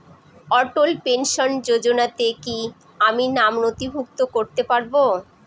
অটল pension যোজনাতে কি আমি নাম নথিভুক্ত করতে পারবো?